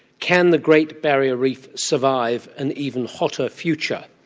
can the great barrier reef survive an even hotter future?